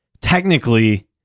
technically